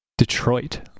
detroit